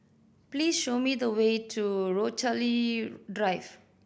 please show me the way to Rochalie Drive